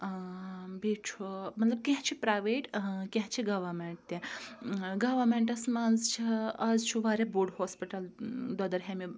بییٚہِ چھُ مَطلَب کینٛہہ چھِ پرایویٹ کینٛہہ چھِ گَوَمینٹ تہِ گَوَمینٹَس مَنٛذ چھِ آز چھُ واریاہ بوٚڑ ہوسپِٹَل دۄدرہامہِ